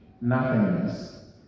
nothingness